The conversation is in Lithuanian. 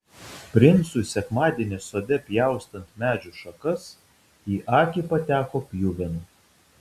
princui sekmadienį sode pjaustant medžių šakas į akį pateko pjuvenų